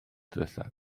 ddiwethaf